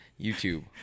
YouTube